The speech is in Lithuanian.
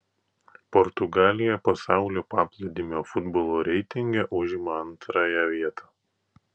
portugalija pasaulio paplūdimio futbolo reitinge užima antrąją vietą